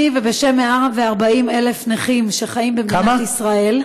בשמי ובשם 140,000 נכים שחיים במדינת ישראל,